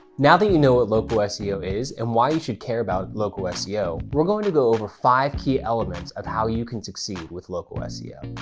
now that you know what local seo is and why you should care about local ah seo, we're going to go over five key elements of how you can succeed with local seo.